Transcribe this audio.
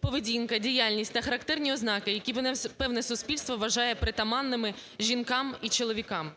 поведінка, діяльність та характерні ознаки, які певне суспільство вважає притаманними жінкам і чоловікам".